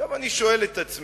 עכשיו, אני שואל את עצמי